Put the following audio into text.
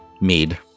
mead